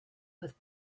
with